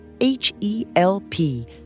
H-E-L-P